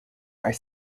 are